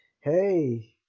Hey